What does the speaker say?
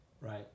Right